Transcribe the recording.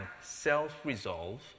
self-resolve